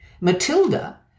Matilda